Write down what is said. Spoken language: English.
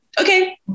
okay